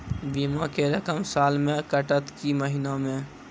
बीमा के रकम साल मे कटत कि महीना मे?